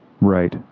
Right